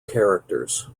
characters